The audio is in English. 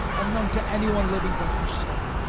unknown to anyone living but herself,